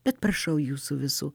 bet prašau jūsų visų